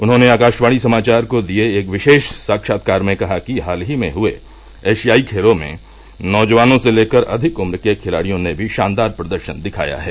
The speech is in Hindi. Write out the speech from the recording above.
उन्होंने आकाशवाणी सामाचार को दिये एक विशेष साक्षात्कार में कहा कि हाल ही में हुए एशियाई खेलों में नौजवानों से लेकर अधिक उम्र के खिलाड़ियों ने भी शानदार प्रदर्शन दिखाया है